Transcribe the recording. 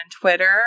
Twitter